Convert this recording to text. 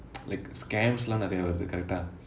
like scams lah லாம் நிறைய வருது:laam niraiya varuthu correct ah